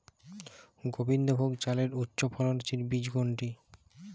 গোবিন্দভোগ চালের উচ্চফলনশীল বীজ কোনটি?